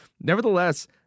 nevertheless